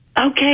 Okay